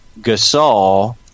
Gasol